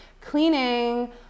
cleaning